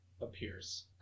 appears